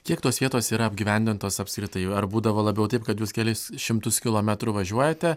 kiek tos vietos yra apgyvendintos apskritai ar būdavo labiau taip kad jūs kelis šimtus kilometrų važiuojate